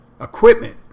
equipment